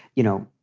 you know,